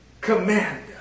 commander